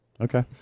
Okay